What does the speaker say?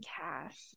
cash